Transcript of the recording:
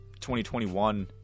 2021